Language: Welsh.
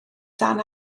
dan